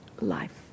life